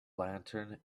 lantern